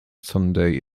sunday